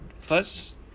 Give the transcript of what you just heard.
First